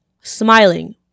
smiling